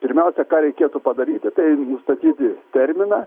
pirmiausia ką reikėtų padaryti tai nustatyti terminą